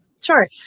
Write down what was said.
Sure